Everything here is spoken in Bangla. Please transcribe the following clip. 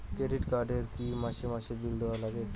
ক্রেডিট কার্ড এ কি মাসে মাসে বিল দেওয়ার লাগে?